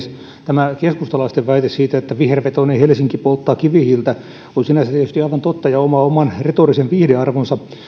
tämä keskustalaisten väite että vihervetoinen helsinki polttaa kivihiiltä on sinänsä tietysti aivan totta ja omaa oman retorisen viihdearvonsa